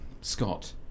Scott